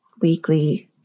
weekly